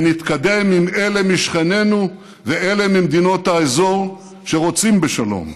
ונתקדם עם אלה משכנינו ואלה ממדינות האזור שרוצים בשלום.